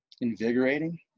invigorating